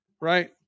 right